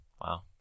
Wow